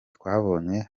twabonye